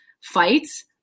fights